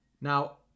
now